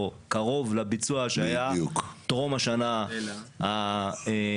קרוב לביצוע שהיה טרום השנה המתחילה,